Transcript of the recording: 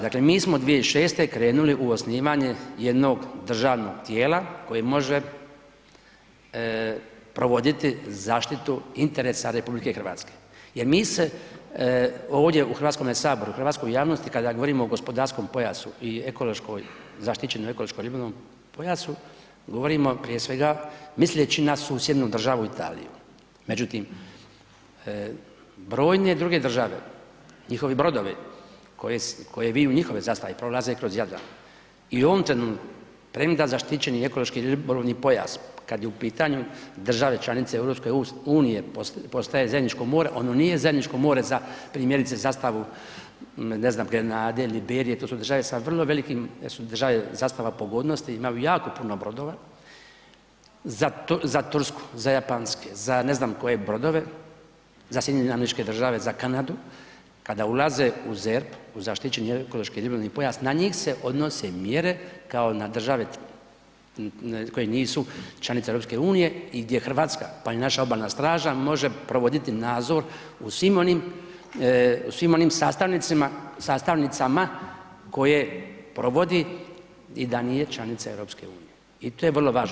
Dakle, mi smo 2006. krenuli u osnivanje jednog državnog tijela koje može provoditi zaštitu interesa RH jer mi se ovdje u Hrvatskome saboru, u hrvatskoj javnosti, kada govorimo o gospodarskom pojasu i zaštićenom ekološkom ribolovnom pojasu, govorimo prije svega misleći na susjednu državu Italiju međutim brojne druge države, njihovi brodovi koji viju njihove zastave, prolaze kroz Jadran i u ovom trenutku premda zaštićeni ekološki ribolovni pojas kad je u pitanju države članice EU-a, postaje zajedničko more, ono nije zajedničko more za primjerice zastavu ne znam, Grenade ili Liberije, to su države sa vrlo velikim, države zastava pogodnosti, imaju jako puno brodova, za tursku, za japanske, za ne znam koje brodove, za SAD, za Kanadu, kada ulaze u ZERP, u zaštićeni ekološki ribolovni pojas, na njih se odnose mjere kao na države koje nisu članice EU-a i gdje Hrvatska pa i naša Obalna straža, može provoditi nadzor u svim onim sastavnicama koje provodi i da nije članica EU-a i to je vrlo važno.